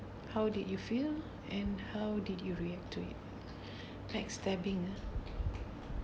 how did you feel and how did you react to it backstabbing ah